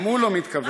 גם הוא לא מתכוון.